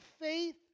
faith